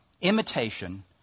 imitation